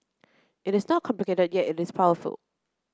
it is not complicated yet it is powerful